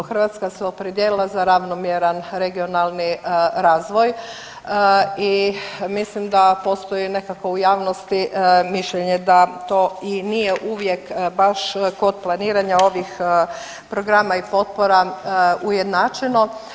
Hrvatska se opredijelila za ravnomjeran regionalni razvoj i mislim da postoji nekako u javnosti mišljenje da to i nije uvijek baš kod planiranja ovih programa i potpora ujednačeno.